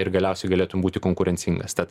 ir galiausiai galėtum būti konkurencingas tad